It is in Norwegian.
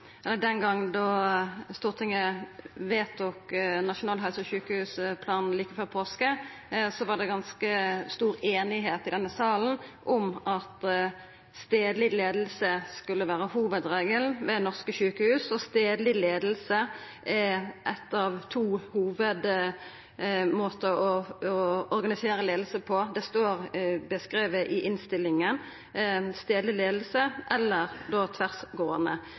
var ganske stor einigheit i denne salen om at stadleg leiing skulle vera hovudregelen ved norske sjukehus. Stadleg leiing er ein av to hovudmåtar å organisera leiing på. Det står beskrive i innstillinga: stadleg leiing eller